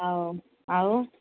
ହଉ ଆଉ